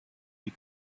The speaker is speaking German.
die